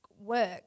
work